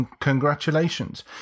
congratulations